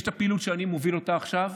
יש פעילות שאני מוביל עכשיו,